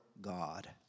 God